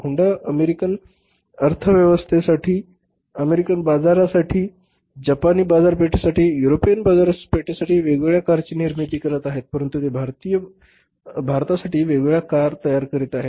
Honda American अर्थव्यवस्थेसाठी American बाजारासाठी जपानी बाजारपेठेसाठी युरोपियन बाजारासाठी वेगवेगळ्या कारची निर्मिती करीत आहेत परंतु ते भारतासाठी वेगवेगळ्या कार तयार करीत आहेत